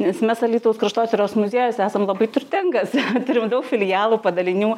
nes mes alytaus kraštotyros muziejus esam labai turtingas turim daug filialų padalinių